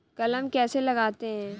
कलम कैसे लगाते हैं?